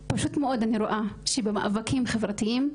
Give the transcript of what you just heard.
פשוט מאוד אני רואה שבמאבקים חברתיים,